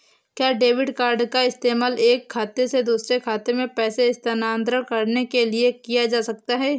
क्या debit card का इस्तेमाल एक खाते से दूसरे खाते में पैसे स्थानांतरण करने के लिए किया जा सकता है?